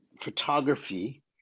photography